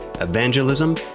evangelism